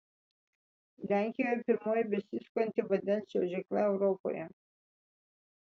lenkijoje pirmoji besisukanti vandens čiuožykla europoje